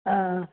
ହଁ